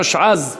התשע"ז 2016,